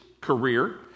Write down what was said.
career